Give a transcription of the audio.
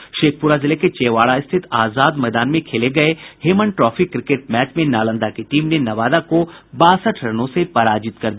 शेखपुरा जिले के चेवाडा स्थित आजाद मैदान में खेले गये हेमन ट्रॉफी क्रिकेट मैच में नालंदा की टीम ने नवादा को बासठ रनों से पराजित कर दिया